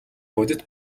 бодит